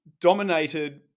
dominated